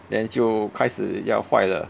then 就开始要坏了